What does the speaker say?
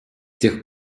тех